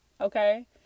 Okay